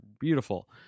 beautiful